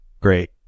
great